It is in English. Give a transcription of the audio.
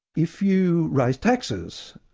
if you raise taxes,